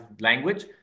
language